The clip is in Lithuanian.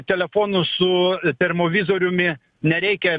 telefonus su termovizoriumi nereikia